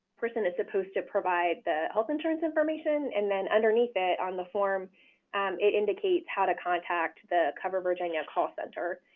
person is supposed to provide the health insurance information, and then underneath it on the form and it indicates how to contact the covered virginia call center,